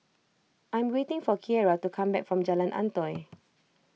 I am waiting for Kiera to come back from Jalan Antoi